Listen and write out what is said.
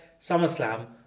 SummerSlam